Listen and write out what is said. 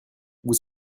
vous